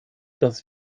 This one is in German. dass